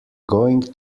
going